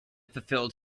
fulfilled